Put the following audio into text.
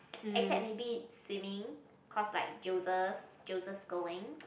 except maybe swimming cause like Joseph Joseph-Schooling